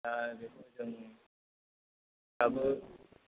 दा बेखौ जों